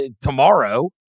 tomorrow